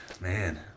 man